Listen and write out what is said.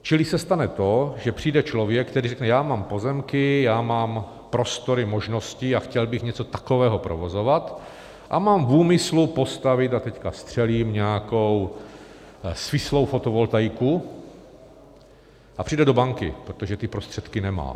Čili se stane to, že přijde člověk, který řekne: Mám pozemky, mám prostory, možnosti, chtěl bych něco takového provozovat a mám v úmyslu postavit a teď střelím nějak svislou fotovoltaiku, a přijde do banky, protože ty prostředky nemá.